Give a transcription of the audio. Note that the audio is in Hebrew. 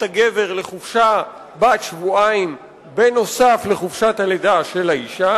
הגבר לחופשה בת שבועיים נוסף על חופשת הלידה של האשה,